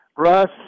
Russ